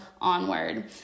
onward